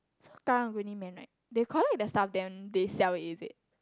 so karang-guni man right they collect their stuff then they sell is it